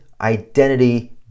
identity